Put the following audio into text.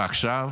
ועכשיו